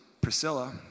Priscilla